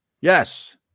Yes